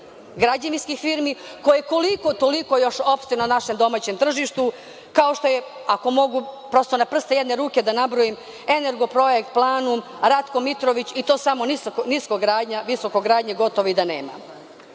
građevinskih firmi koje koliko-toliko opstaju na našem domaćem tržištu, kao što je, ako mogu, prosto na prste jedne ruke da nabrojim „Energoprojekt“, „Planum“, „Ratko Mitrović“ i to samo niskogradnja, visokogradnje gotovo i da nema. Kada